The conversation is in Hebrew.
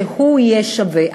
שיהיה שווה.